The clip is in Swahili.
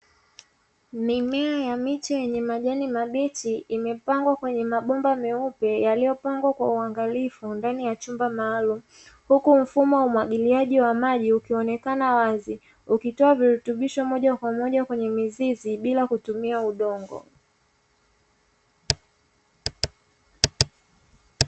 Mimea ya miche yenye majani mabichi imepangwa kwenye mabomba meupe, yaliyo pangwa kwa uwangalifu ndani ya chumba maalumu. Huku mfumo wa umwagiliaji maji ukionekana wazi, ukitoa virutubisho moja kwa moja kwenye mizizi bila kutumia udongo.